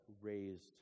raised